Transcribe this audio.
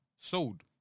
Sold